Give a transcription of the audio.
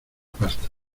pasta